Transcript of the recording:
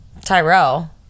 Tyrell